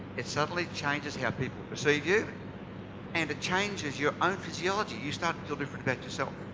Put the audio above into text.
it suddenly changes how people perceive you and it changes your own physiology. you start to feel different about yourself.